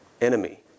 enemy